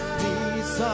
peace